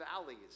valleys